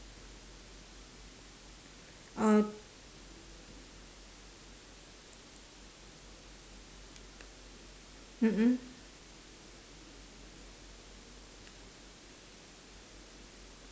uh mm mm